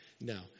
No